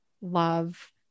love